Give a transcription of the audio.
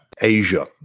Asia